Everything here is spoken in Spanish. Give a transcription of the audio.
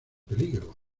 peligro